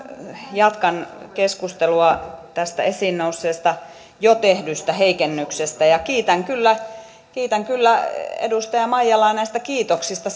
jatkan keskustelua tästä esiin nousseesta jo tehdystä heikennyksestä ja kiitän kyllä kiitän kyllä edustaja maijalaa näistä kiitoksista